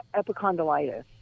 epicondylitis